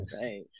right